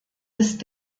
ist